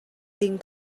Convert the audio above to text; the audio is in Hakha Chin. ding